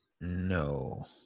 No